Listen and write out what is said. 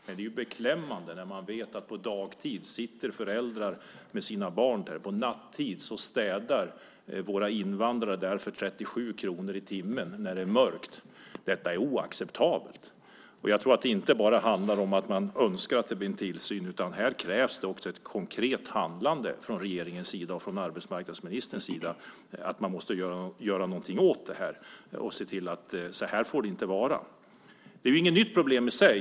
Men det är beklämmande när man vet att på dagtid sitter föräldrar med sina barn där och nattetid städar våra invandrare där för 37 kronor i timmen när det är mörkt. Detta är oacceptabelt. Jag tror att det inte bara handlar om att man önskar att det blir en tillsyn, utan här krävs det ett konkret handlande från regeringens sida och från arbetsmarknadsministerns sida. Man måste göra något åt det och se till att det inte får vara så här. Det är inget nytt problem i sig.